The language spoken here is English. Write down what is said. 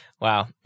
Wow